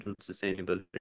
sustainability